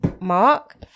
mark